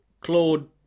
Claude